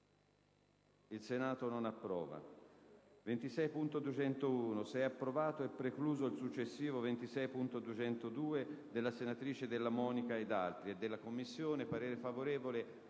**Il Senato non approva**.